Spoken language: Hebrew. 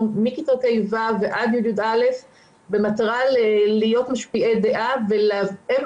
מכיתות ה'-ו' ועד י'-י"א במטרה להיות משפיעי דעה והם